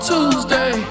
Tuesday